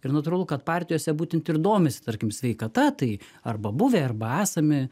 ir natūralu kad partijose būtent ir domisi tarkim sveikata tai arba buvę arba esami